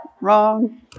wrong